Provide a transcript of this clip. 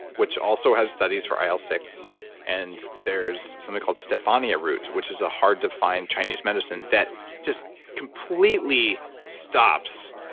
which also has studies for il ah six and there's something called stephania root, which is a hard to find chinese medicine that just completely stops